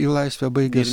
į laisvę baigęs